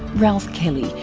ralph kelly,